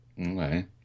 Okay